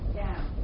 down